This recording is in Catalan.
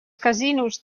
casinos